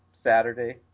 Saturday